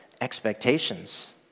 expectations